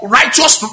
righteous